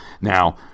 Now